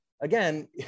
again